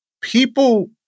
People